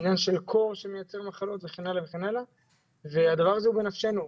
עניין של קור שמייצר מחלות וכן הלאה והדבר הזה הוא בנפשנו.